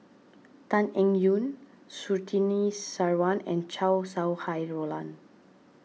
Tan Eng Yoon Surtini Sarwan and Chow Sau Hai Roland